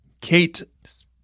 Kate